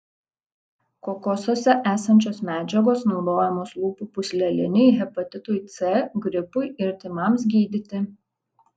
kokosuose esančios medžiagos naudojamos lūpų pūslelinei hepatitui c gripui ir tymams gydyti